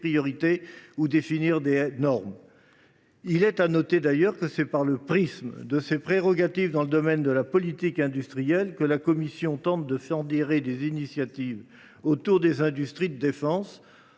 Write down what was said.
ou définir des normes. Il est à noter d’ailleurs que c’est par le prisme de ses prérogatives dans le domaine de la politique industrielle que la Commission tente de fédérer des initiatives autour des industries de défense,